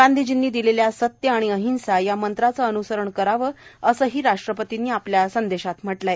गांधीजींनी दिलेल्या सत्य आणि अहिंसा या मंत्राचं अन्सरण करावं असंही राष्ट्रपतींनी आपल्या संदेशात म्हटलं आहे